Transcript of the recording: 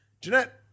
Jeanette